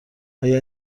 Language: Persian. آیا